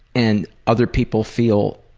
and other people feel